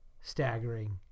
staggering